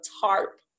tarp